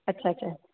अच्छा अच्छा